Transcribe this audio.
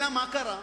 אלא מה קרה?